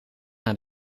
naar